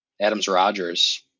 Adams-Rogers